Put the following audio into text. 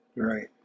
Right